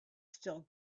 still